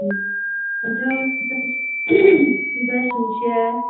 ꯎꯝ ꯑꯗꯨ ꯍꯤꯗꯥꯛꯁꯤꯡꯁꯦ